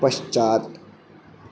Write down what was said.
पश्चात्